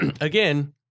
again